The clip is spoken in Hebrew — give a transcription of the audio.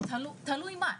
תלוי מה.